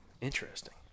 interesting